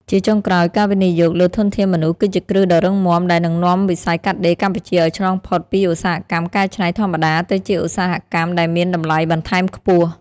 ជាចុងក្រោយ ការវិនិយោគលើធនធានមនុស្ស គឺជាគ្រឹះដ៏រឹងមាំដែលនឹងនាំវិស័យកាត់ដេរកម្ពុជាឱ្យឆ្លងផុតពីឧស្សាហកម្មកែច្នៃធម្មតា ទៅជាឧស្សាហកម្មដែលមានតម្លៃបន្ថែមខ្ពស់។